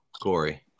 Corey